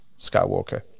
Skywalker